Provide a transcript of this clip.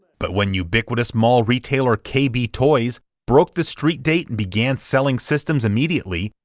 but when ubiquitous mall retailer kay-bee toys broke the street date and began selling systems immediately,